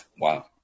Wow